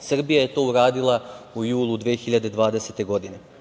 Srbija je to uradila u julu 2020. godine. Moram